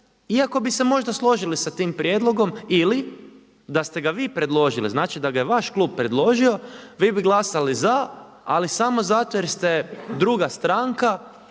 iako bi se možda složili sa tim prijedlogom. Ili, da ste ga vi predložili, znači da ga je vaš klub predložio vi bi glasali za ali samo zato jer ste druga stranka vi